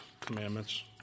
commandments